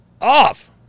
off